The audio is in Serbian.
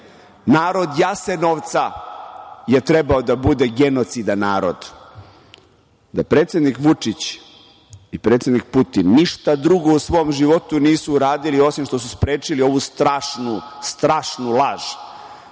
Narod Jasenovca je trebao da bude genocidan narod. Da predsednik Vučić i predsednik Putin ništa drugo u svom životu nisu uradili osim što su sprečili ovu strašnu laž,